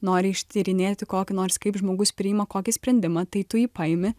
nori ištyrinėti kokį nors kaip žmogus priima kokį sprendimą tai tu jį paimi